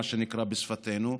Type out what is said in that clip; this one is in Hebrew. מה שנקרא בשפתנו,